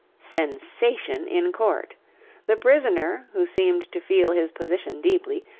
sensation in court the prisoner, who seemed to feel his position deeply,